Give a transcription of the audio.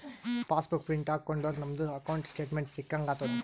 pass book print ಹಾಕೊಂಡುರ್ ನಮ್ದು ಅಕೌಂಟ್ದು ಸ್ಟೇಟ್ಮೆಂಟ್ ಸಿಕ್ಕಂಗ್ ಆತುದ್